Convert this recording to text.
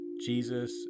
Jesus